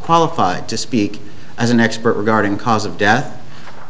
qualified to speak as an expert regarding cause of death